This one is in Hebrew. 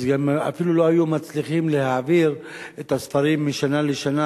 אפילו לא היו מצליחים להעביר את הספרים משנה לשנה,